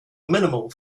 minimal